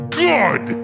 good